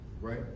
right